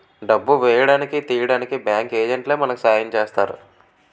డబ్బు వేయడానికి తీయడానికి బ్యాంకు ఏజెంట్లే మనకి సాయం చేస్తారు